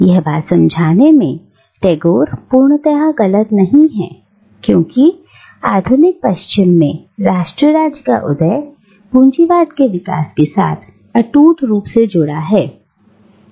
यह बात समझाने में टैगोर पूर्णता गलत नहीं है क्योंकि आधुनिक पश्चिम में राष्ट्र राज्य का उदय पूंजीवाद के विकास के साथ अटूट रूप से जुड़ा हुआ है